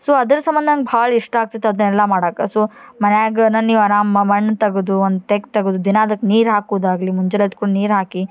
so ಅದರ ಸಂಬಂಧ ನಂಗೆ ಭಾಳ ಇಷ್ಟ ಆಗ್ತೈತೆ ಅದನ್ನೆಲ್ಲ ಮಾಡಕ್ಕ ಸೊ ಮನ್ಯಾಗೇನ ನೀವು ಆರಾಮ ಮಣ್ಣು ತೆಗದು ಒಂದು ತೆಗ್ಗು ತೆಗೆದು ದಿನಾ ಅದಕ್ಕೆ ನೀರು ಹಾಕುದಾಗಲಿ ಮುಂಜಾಲ್ ಅದ್ಕೊಂದು ನೀರು ಹಾಕಿ